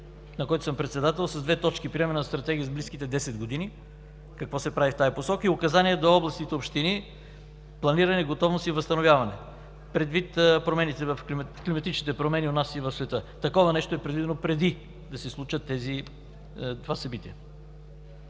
на който съм председател, с две точки: приемане на стратегия за близките 10 години – какво се прави в тази посока и указания до областните общини – планиране, готовност и възстановяване предвид климатичните промени у нас и в света. Такова нещо е предвидено, преди да се случи това събитие.